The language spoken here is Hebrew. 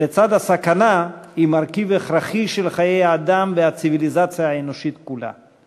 ולצד הסכנה היא מרכיב הכרחי של חיי האדם והציוויליזציה האנושית כולה.